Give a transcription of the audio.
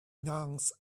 nouns